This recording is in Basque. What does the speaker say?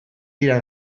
dira